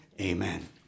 Amen